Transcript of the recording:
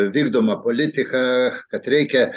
vykdoma politika kad reikia